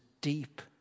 deep